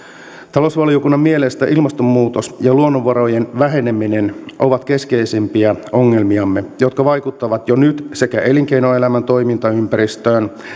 talousvaliokunnan mielestä ilmastonmuutos ja luonnonvarojen väheneminen ovat keskeisimpiä ongelmiamme jotka vaikuttavat jo nyt sekä elinkeinoelämän toimintaympäristöön